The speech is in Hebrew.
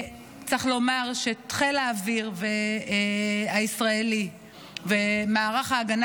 צריך לומר שחיל האוויר הישראלי ומערך ההגנה